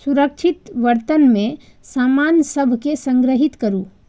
सुरक्षित बर्तन मे सामान सभ कें संग्रहीत करू